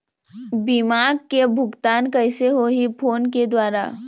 बीमा के भुगतान कइसे होही फ़ोन के द्वारा?